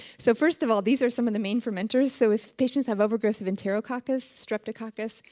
so first of all, these are some of the main fermenters. so, if patients have overgrowth of enterococcus, streptococcus,